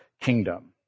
kingdom